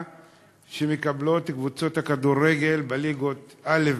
שמקבלות קבוצות הכדורגל בליגות א',